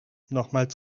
nochmals